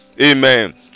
Amen